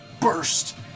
burst